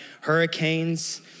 hurricanes